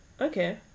okay